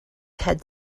had